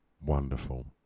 Wonderful